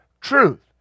truth